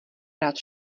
rád